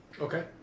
Okay